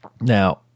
Now